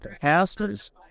pastors